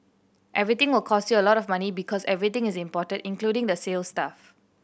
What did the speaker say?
everything will cost you a lot of money because everything is imported including the sales staff